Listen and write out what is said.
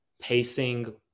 pacing